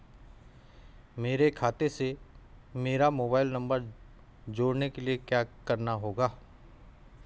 मेरे खाते से मेरा मोबाइल नम्बर जोड़ने के लिये क्या करना होगा?